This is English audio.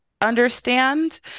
understand